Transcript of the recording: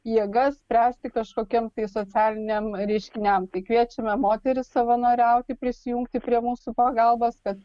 jėgas spręsti kažkokiem socialiniam reiškiniam tai kviečiame moteris savanoriauti prisijungti prie mūsų pagalbos kad